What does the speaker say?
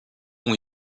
ont